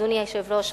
אדוני היושב-ראש,